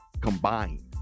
combined